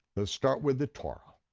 let's start with the torah,